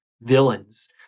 villains